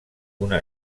una